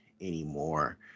anymore